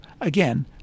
again